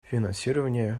финансирование